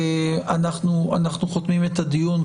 אנחנו חותמים את הדיון.